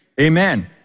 Amen